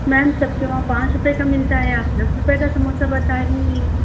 ma'am सबके वहाँ पाँच रुपये का मिलता है आप दस रुपये का समोसा बता रहीं हैं